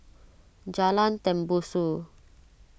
Jalan Tembusu